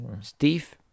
Steve